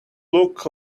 look